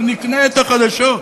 אנחנו נקנה את החדשות.